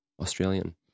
Australian